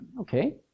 Okay